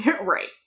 Right